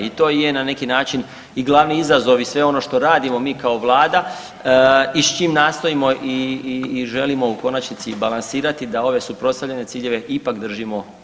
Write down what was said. I to i je na neki način i glavni izazov i sve ono što radimo mi kao vlada i s čim nastojimo i želimo u konačnici balansirati da ove suprotstavljene ciljeve ipak držimo pod kontrolom.